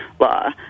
law